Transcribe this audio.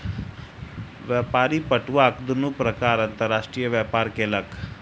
व्यापारी पटुआक दुनू प्रकारक अंतर्राष्ट्रीय व्यापार केलक